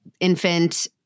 infant